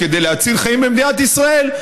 כדי להציל חיים במדינת ישראל,